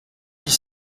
dix